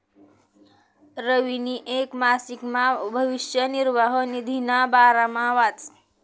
रवीनी येक मासिकमा भविष्य निर्वाह निधीना बारामा वाचं